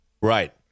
Right